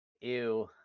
Ew